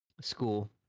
school